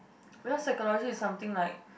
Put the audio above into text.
because psychology is something like